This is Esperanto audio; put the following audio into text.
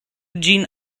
ĝin